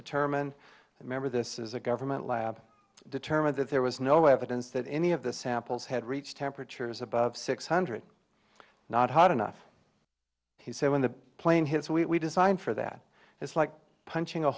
determined remember this is a government lab determined that there was no evidence that any of the samples had reached temperatures above six hundred not hot enough he said when the plane hit so we design for that it's like punching a